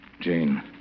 Jane